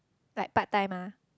like part time ah